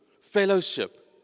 Fellowship